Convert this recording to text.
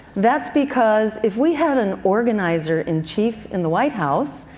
that's because, if we had an organizer in chief in the white house,